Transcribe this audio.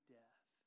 death